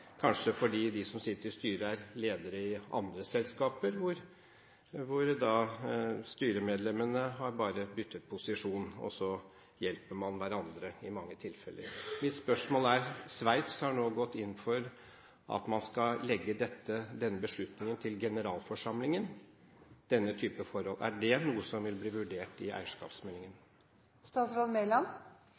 kanskje fordi de som sitter i styrene, er ledere i andre selskaper hvor styremedlemmene bare har byttet posisjon, og så hjelper man hverandre i mange tilfeller. Sveits har nå gått inn for at man skal legge beslutningen til generalforsamlingen i denne typen forhold. Mitt spørsmål er: Er det noe som vil bli vurdert i